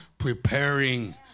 preparing